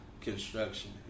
construction